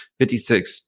56